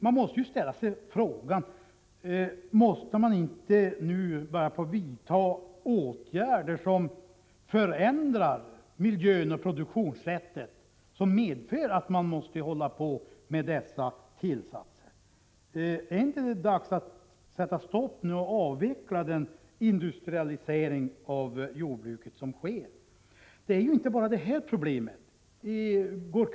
Jag ställer mig följande fråga: Måste man nu inte vidta åtgärder, så att man förändrar den miljö och det produktionssätt som leder till att det är nödvändigt att använda dessa tillsatser? Är det inte dags att sätta stopp för och avveckla den industrialisering av jordbruket som sker? Det är inte bara här det är problem.